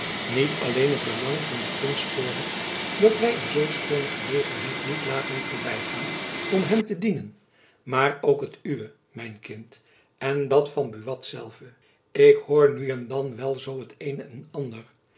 niet alleen het belang van den prins vordert dat wy een zoo schoone gelegenheid niet laten voorbygaan om hem te dienen maar ook het uwe mijn kind en dat van buat zelven ik hoor nu en dan wel zoo het een en andere